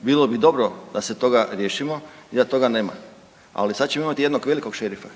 bilo bi dobro da se toga riješimo i da toga nema, ali sad ćemo imati jednog velikog šerifa.